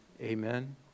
Amen